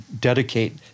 dedicate